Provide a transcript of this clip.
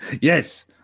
yes